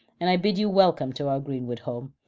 and i bid you welcome to our greenwood home.